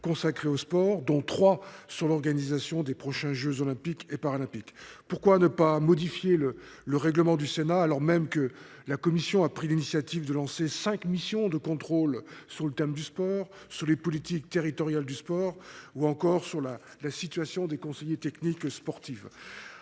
consacrés au sport, dont trois relatifs à l’organisation des prochains jeux Olympiques et Paralympiques ? Pourquoi ne pas modifier le règlement du Sénat, alors même que cette commission a pris l’initiative de lancer cinq missions de contrôle, sur le thème du sport, sur les politiques territoriales du sport ou encore sur la situation des conseillers techniques sportifs ?